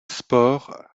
sports